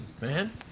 man